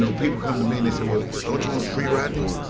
so people come to me and they say well, don't you want to free rodney?